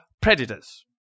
predators